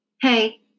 Hey